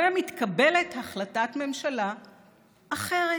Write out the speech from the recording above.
ומתקבלת החלטת ממשלה אחרת,